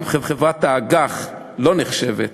גם חברת האג"ח לא נחשבת,